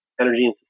energy